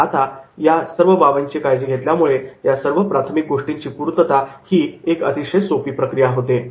आणि या सर्व बाबींची काळजी घेतल्यामुळे या सर्व प्राथमिक गोष्टींची पूर्तता ही एक अतिशय सोपी प्रक्रिया होते